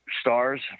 stars